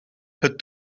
het